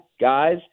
Guys